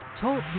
Talk